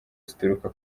zituruka